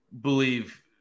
believe